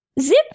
Zip